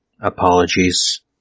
Apologies